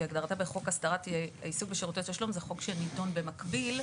כהגדרתה בחוק הסדרת העיסוק בשירותי תשלום זה חוק שנדון במקביל.